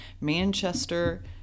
Manchester